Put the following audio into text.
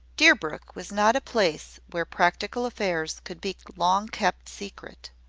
deerbrook was not a place where practical affairs could be long kept secret,